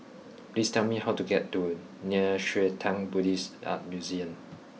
please tell me how to get to Nei Xue Tang Buddhist Art Museum